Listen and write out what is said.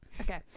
Okay